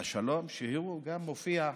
והוא גם מופיע,